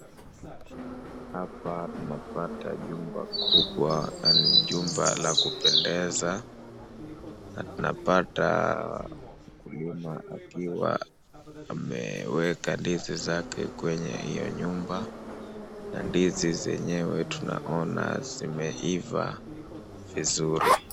Hapa tunapata jumba kubwa na ni jumba la kupendeza na tunapata mkulima akiwa ameweka ndizi zake kwenye hiyo nyumba na ndizi zenyewe tunaona zimeiva vizuri.